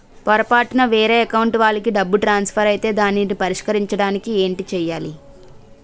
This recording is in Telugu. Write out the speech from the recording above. పొరపాటున వేరే అకౌంట్ వాలికి డబ్బు ట్రాన్సఫర్ ఐతే దానిని పరిష్కరించడానికి ఏంటి చేయాలి?